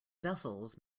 vessels